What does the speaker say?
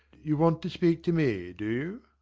you want to speak to me, do